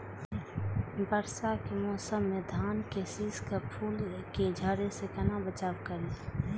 वर्षा के मौसम में धान के शिश के फुल के झड़े से केना बचाव करी?